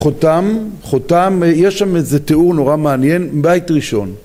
חותם, חותם, יש שם איזה תיאור נורא מעניין, בית ראשון